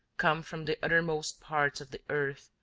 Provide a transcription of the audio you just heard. come from the uttermost parts of the earth,